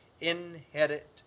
inherit